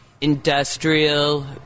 industrial